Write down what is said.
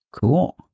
Cool